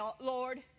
Lord